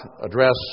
address